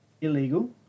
illegal